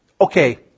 okay